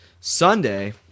Sunday